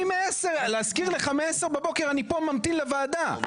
אני, להזכיר לך, אני מעשר בבוקר ממתין פה לוועדה.